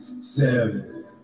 seven